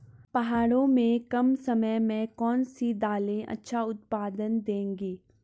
पहाड़ों में कम समय में कौन सी दालें अच्छा उत्पादन देंगी?